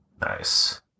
Nice